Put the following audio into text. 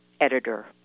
editor